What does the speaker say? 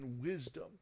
wisdom